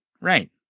Right